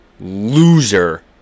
Loser